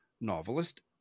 novelist